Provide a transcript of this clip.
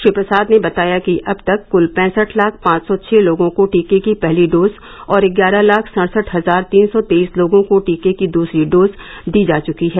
श्री प्रसाद ने बताया कि अब तक कुल पैंसठ लाख पांच सौ छः लोगों को टीके की पहली डोज और ग्यारह लाख सड़सठ हजार तीन सौ तेईस लोगों को टीके की दूसरी डोज दी जा चुकी है